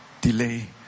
delay